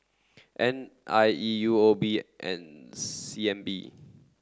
N I E U O B and C N B